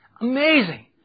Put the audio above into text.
Amazing